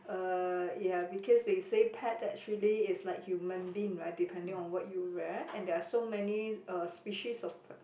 uh ya because they say pet actually is like human being right depending on what you rear and there are so many uh species of